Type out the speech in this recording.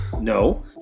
no